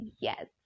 yes